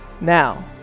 Now